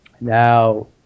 Now